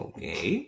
Okay